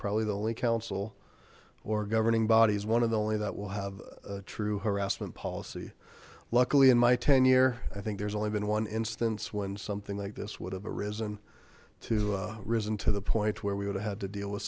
probably the only council or governing bodies one of the only that will have true harassment policy luckily in my ten year i think there's only been one instance when something like this would have a risen to risen to the point where we would have had to deal with